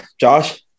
Josh